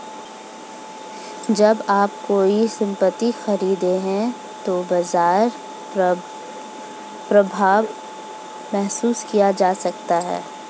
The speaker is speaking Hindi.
जब आप कोई संपत्ति खरीदते हैं तो बाजार प्रभाव महसूस किया जा सकता है